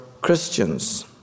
Christians